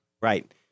Right